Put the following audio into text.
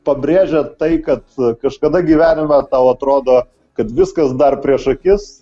pabrėžia tai kad kažkada gyvenimą tau atrodo kad viskas dar prieš akis